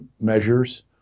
measures